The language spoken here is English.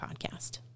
podcast